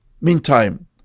Meantime